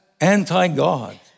anti-God